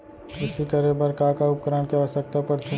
कृषि करे बर का का उपकरण के आवश्यकता परथे?